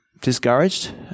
discouraged